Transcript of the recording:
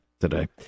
today